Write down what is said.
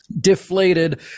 Deflated